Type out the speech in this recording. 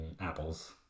apples